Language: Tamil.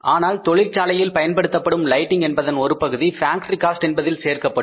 ஆனால் தொழிற்சாலையில் பயன்படுத்தப்படும் லைட்டிங் என்பதன் ஒரு பகுதி ஃபேக்டரி காஸ்ட் என்பதில் சேர்க்கப்படும்